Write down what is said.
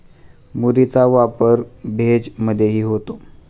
मुरीचा वापर भेज मधेही होतो